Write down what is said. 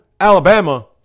Alabama